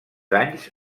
anys